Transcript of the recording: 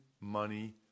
Money